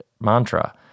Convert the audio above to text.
mantra